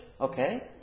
Okay